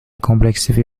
complexifie